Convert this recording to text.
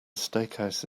steakhouse